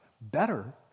better